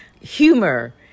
humor